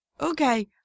Okay